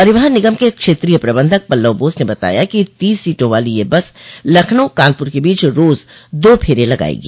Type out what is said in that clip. परिवहन निगम के क्षेत्रीय प्रबंधक पल्लव बोस ने बताया कि तीस सीटों वाली यह बस लखनऊ कानपुर के बीच रोज दो फेरे लगायेगी